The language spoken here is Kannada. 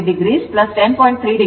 8o 10